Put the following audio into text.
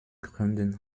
gründen